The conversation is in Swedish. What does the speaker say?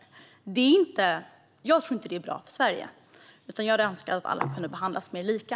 Jag tror inte att detta är bra för Sverige, utan jag hade önskat att alla kunde behandlas mer lika.